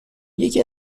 یکی